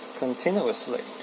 continuously